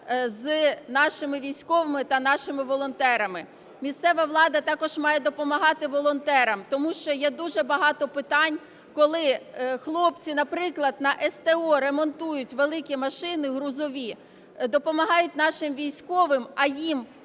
з нашими військовими та нашими волонтерами. Місцева влада також має допомагати волонтерам, тому що є дуже багато питань, коли хлопці, наприклад, на СТО ремонтують великі машини грузові, допомагають нашим військовим, а їм